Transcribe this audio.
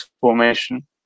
formation